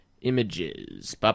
Images